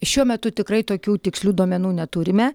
šiuo metu tikrai tokių tikslių duomenų neturime